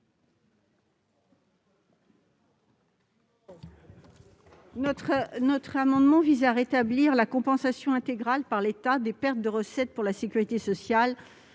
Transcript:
Cet amendement vise à rétablir la compensation intégrale par l'État des pertes de recettes pour la sécurité sociale